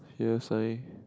here sign